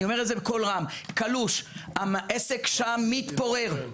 אני אומר את זה בקול רם, קלוש, העסק שם מתפורר.